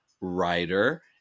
writer